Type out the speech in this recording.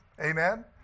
Amen